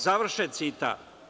Završen citat.